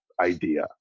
idea